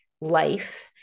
life